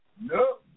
No